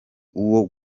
uwo